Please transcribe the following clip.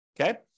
Okay